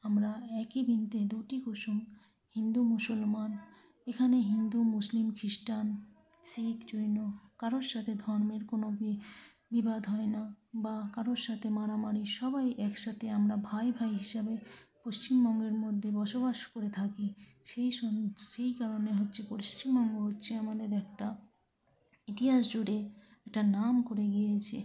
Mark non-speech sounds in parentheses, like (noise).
আমরা একই বৃন্তে দুটি কুসুম হিন্দু মুসলমান এখানে হিন্দু মুসলিম খিস্টান শিখ জৈন কারোর সাথে ধর্মের কোনো (unintelligible) বিবাদ হয় না বা কারোর সাথে মারামারি সবাই একসাথে আমরা ভাই ভাই হিসাবে পশ্চিমবঙ্গের মধ্যে বসবাস করে থাকি সেই (unintelligible) সেই কারণে হচ্ছে পশ্চিমবঙ্গ হচ্ছে আমাদের একটা ইতিহাস জুড়ে একটা নাম করে গিয়েছে